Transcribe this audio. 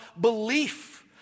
belief